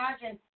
imagine